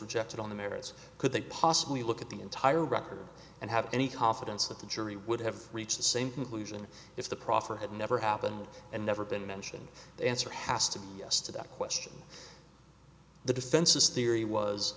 rejected on the merits could they possibly look at the entire record and have any confidence that the jury would have reached the same conclusion if the proffer had never happened and never been mentioned the answer has to be yes to that question the defense's theory was